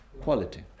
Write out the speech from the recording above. quality